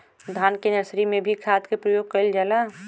धान के नर्सरी में भी खाद के प्रयोग कइल जाला?